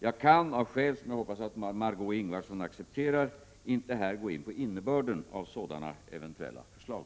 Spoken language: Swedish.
Jag kan, av skäl som jag hoppas att Margö Ingvardsson accepterar, inte här gå in på innebörden av sådana eventuella förslag.